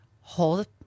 hold